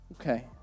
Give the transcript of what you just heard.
okay